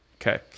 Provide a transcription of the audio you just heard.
Okay